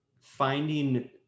finding